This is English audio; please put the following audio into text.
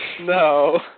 No